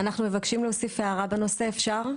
אדוני, אנחנו מבקשים להוסיף הערה בנושא, אפשר?